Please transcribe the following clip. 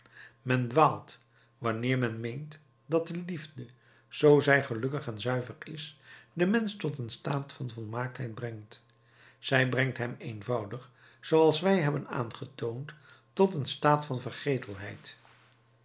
men dwaalt wanneer men meent dat de liefde zoo zij gelukkig en zuiver is den mensch tot een staat van volmaaktheid brengt zij brengt hem eenvoudig zooals wij hebben aangetoond tot een staat van